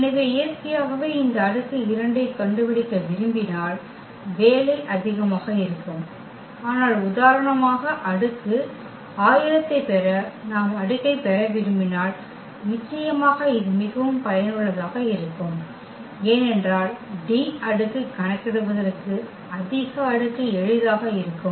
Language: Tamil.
எனவே இயற்கையாகவே இந்த அடுக்கு 2 ஐக் கண்டுபிடிக்க விரும்பினால் வேலை அதிகமாக இருக்கும் ஆனால் உதாரணமாக அடுக்கு 1000 ஐப் பெற நாம் அடுக்கை பெற விரும்பினால் நிச்சயமாக இது மிகவும் பயனுள்ளதாக இருக்கும் ஏனெனில் D அடுக்கு கணக்கிடுவதற்கு அதிக அடுக்கு எளிதாக இருக்கும்